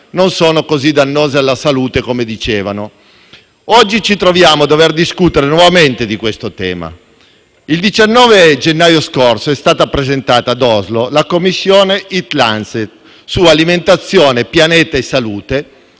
non sono così dannosi per la salute come dicevano. Oggi ci troviamo a dover discutere nuovamente di questo tema. Il 19 gennaio scorso è stata presentata ad Oslo la commissione Eat-Lancet su alimentazione, pianeta e salute,